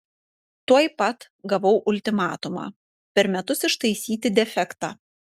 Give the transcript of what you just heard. tuoj pat gavau ultimatumą per metus ištaisyti defektą